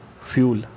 fuel